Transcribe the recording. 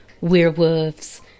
werewolves